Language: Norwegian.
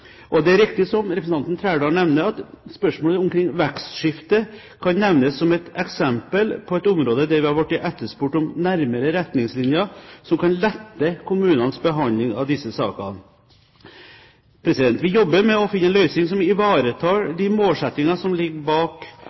dag. Det er riktig som representanten Trældal nevner, at spørsmålet om vekstskifte kan nevnes som et eksempel på et område der vi har blitt spurt om nærmere retningslinjer som kan lette kommunenes behandling av disse sakene. Vi jobber med å finne en løsning som ivaretar de målsettinger som ligger bak